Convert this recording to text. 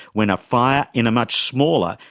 when a fire in a much smaller,